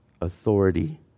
authority